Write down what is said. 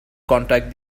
contact